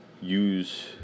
use